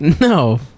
No